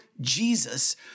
Jesus